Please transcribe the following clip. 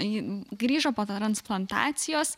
ji grįžo po transplantacijos